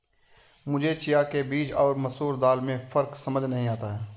मुझे चिया के बीज और मसूर दाल में फ़र्क समझ नही आता है